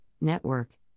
Network